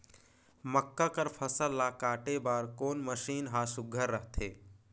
मक्का कर फसल ला काटे बर कोन मशीन ह सुघ्घर रथे?